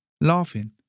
laughing